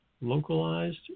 localized